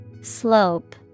Slope